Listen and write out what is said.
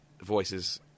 voices